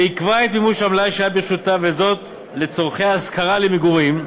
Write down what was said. ועיכבה את מימוש המלאי שהיה ברשותה לצורכי השכרה למגורים,